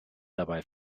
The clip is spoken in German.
dabei